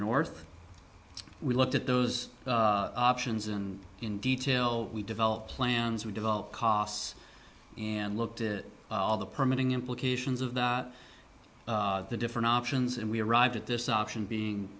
looked at those options and in detail we develop plans we developed costs and looked at all the permitting implications of that the different options and we arrived at this option being